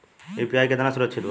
UPI कितना सुरक्षित बा?